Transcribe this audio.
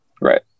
Right